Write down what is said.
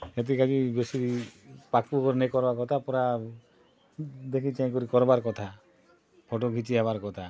ହେତି କାକି ଖାଲି ବେଶୀ ପାଖ୍ କୁ ନେଇ କରବା କଥା ପୂରା ଦେଖି ଚାହିଁ କରି କରବାର୍ କଥା ଫଟୋ ଘିଚି ହେବାର୍ କଥା